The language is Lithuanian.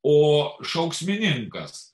o šauksmininkas